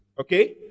Okay